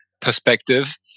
perspective